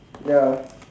ya